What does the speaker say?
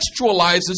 contextualizes